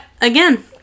again